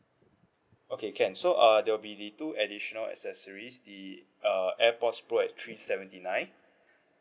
okay can so uh there'll be two additional accessories the uh airpods pro at three seventy nine